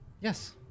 Yes